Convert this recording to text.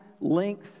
length